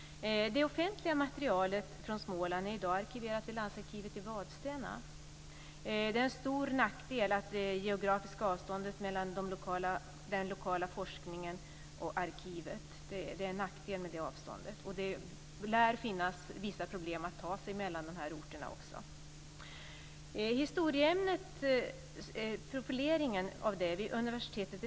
Det offentliga materialet från Småland är i dag arkiverat vid Landsarkivet i Vadstena. Det geografiska avståndet mellan den lokala forskningen och arkivet är en nackdel, och det lär också finnas vissa problem att ta sig mellan dessa orter.